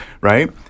Right